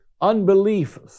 Unbelief